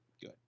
good